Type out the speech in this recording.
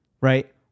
right